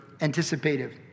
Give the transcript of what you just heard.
anticipative